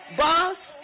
boss